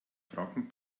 franken